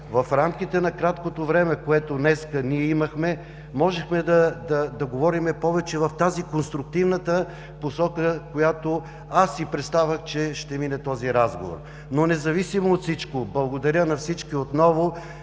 в рамките на краткото време, което имахме днес, можехме да говорим повече в конструктивната посока, в която си представях, че ще мине този разговор. Но независимо от всичко, отново благодаря на всички за